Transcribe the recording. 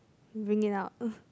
bring it out